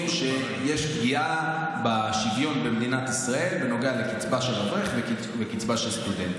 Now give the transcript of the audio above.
שיש פגיעה בשוויון במדינת ישראל בנוגע לקצבה של אברך ולקצבה של סטודנט.